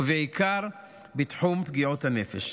ובעיקר בתחום בריאות הנפש.